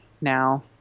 now